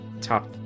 top